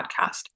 podcast